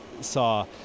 saw